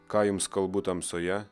ką jums kalbu tamsoje